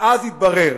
ואז יתברר